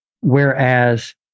Whereas